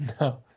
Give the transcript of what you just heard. no